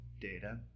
data